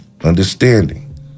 understanding